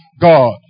God